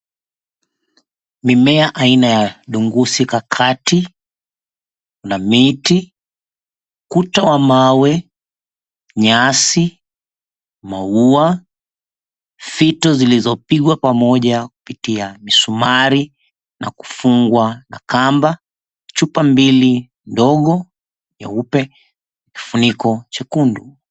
Mimea aina ya dungusi kakati, kuna miti, ukuta wa mawe, nyasi, maua, fito zilizopigwa pamoja kupitia misumari na kufungwa kakamba, chupa mbili ndogo nyeupe, kifuniko chekundu.